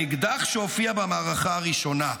האקדח שהופיע במערכה הראשונה,